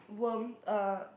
worm uh